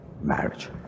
marriage